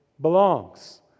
belongs